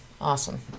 Awesome